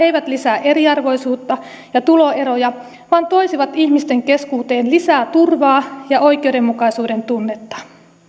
eivät lisää eriarvoisuutta ja tuloeroja vaan toisivat ihmisten keskuuteen lisää turvaa ja oikeudenmukaisuuden tunnetta